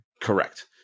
Correct